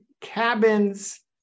cabins